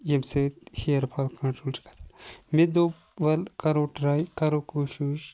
یمہِ سۭتۍ hair fall control چھُ گَژھان مےٚ دوٚپ وَل کَرو ٹراے کَرو کوٗشِش